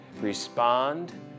respond